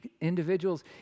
individual's